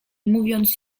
mówiąc